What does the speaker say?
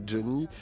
Johnny